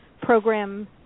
program